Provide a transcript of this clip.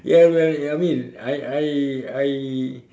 ya well I mean I I I